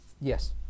yes